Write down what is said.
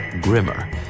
grimmer